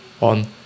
on